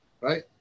right